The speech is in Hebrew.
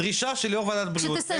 דרישה של יו"ר ועדת הבריאות,